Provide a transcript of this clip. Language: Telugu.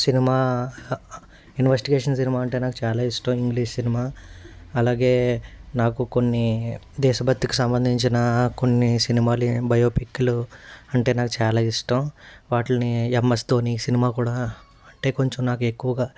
సినిమా ఇన్వెస్టిగేషన్ సినిమా అంటే నాకు చాలా ఇష్టం ఇంగ్లీష్ సినిమా అలాగే నాకు కొన్ని దేశభక్తికి సంబంధించిన కొన్ని సినిమాలు బయోపిక్లు అంటే నాకు చాలా ఇష్టం వాటిని ఎమ్ఎస్ ధోని సినిమా కూడా అంటే కొంచెం నాకు ఎక్కువగా